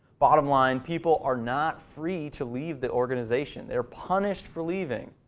bottom line, people are not free to leave the organization. that are punished for leaving.